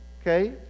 okay